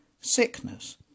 sickness